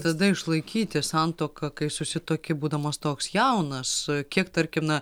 tada išlaikyti santuoką kai susituoki būdamas toks jaunas kiek tarkim na